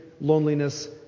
loneliness